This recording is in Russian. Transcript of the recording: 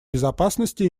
безопасности